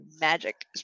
magic